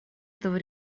этого